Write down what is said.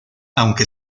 aunque